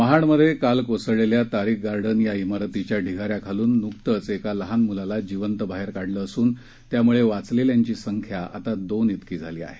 महाडमध्ये काल कोसळलेल्या तारीक गार्डन या शिरतीच्या ढिगाऱ्याखालून नुकतंच एका लहान मुलाला जिवंत बाहेर काढलं असून त्यामुळे वाचलेल्यांची संख्या आता दोन झाली आहे